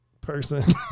person